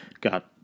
got